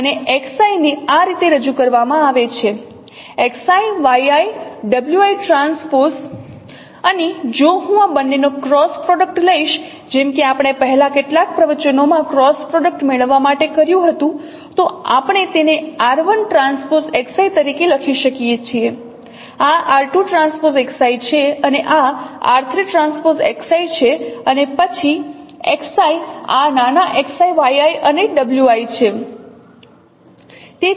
અને Xi ને આ રીતે રજૂ કરવામાં આવે છે T અને જો હું આ બંનેનો ક્રોસ પ્રોડક્ટ લઈશ જેમ કે આપણે પહેલા કેટલાક પ્રવચનોમાં ક્રોસ પ્રોડક્ટ મેળવવા માટે કર્યું હતું તો આપણે તેને r1TXi તરીકે લખી શકીએ છીએ આ r2TXi છે અને આ r3TXi છે અને પછી x I આ નાના xi yi અને wi છે